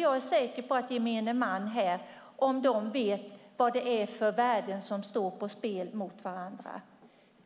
Jag är säker på att gemene man vet vilka värden som står på spel och